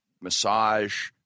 massage